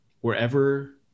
Wherever